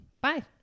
bye